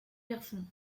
garçons